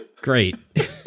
Great